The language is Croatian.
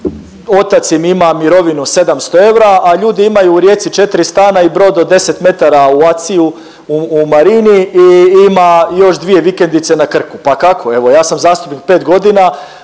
otac im ima mirovinu 700 eura, a ljudi imaju 4 stana i brod od 10 metara u ACI-u, u marini i ima još 2 vikendice na Krku. Pa kako? Evo ja sam zastupnik pet godina,